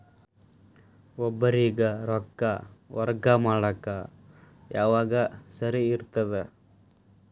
ಒಬ್ಬರಿಗ ರೊಕ್ಕ ವರ್ಗಾ ಮಾಡಾಕ್ ಯಾವಾಗ ಸರಿ ಇರ್ತದ್?